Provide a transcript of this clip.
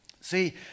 See